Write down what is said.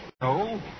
No